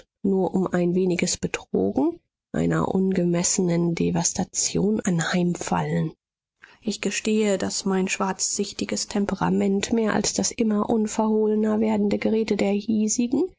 nur um ein weniges betrogen einer ungemessenen devastation anheimfallen ich gestehe daß mein schwarzsichtiges temperament mehr als das immer unverhohlener werdende gerede der hiesigen